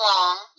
long